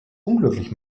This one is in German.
unglücklich